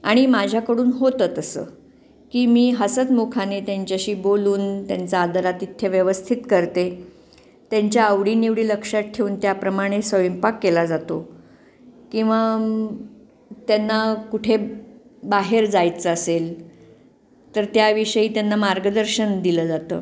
आणि माझ्याकडून होतं तसं की मी हसतमुखाने त्यांच्याशी बोलून त्यांचं आदरातिथ्य व्यवस्थित करते त्यांच्या आवडी निवडी लक्षात ठेवून त्याप्रमाणे स्वयंपाक केला जातो किंवा त्यांना कुठे बाहेर जायचं असेल तर त्याविषयी त्यांना मार्गदर्शन दिलं जातं